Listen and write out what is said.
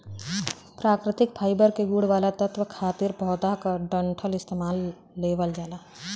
प्राकृतिक फाइबर के गुण वाला तत्व खातिर पौधा क डंठल इस्तेमाल लेवल जाला